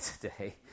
today